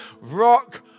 rock